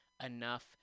enough